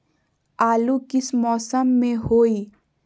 आलू किस मौसम में होई?